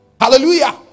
Hallelujah